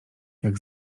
jak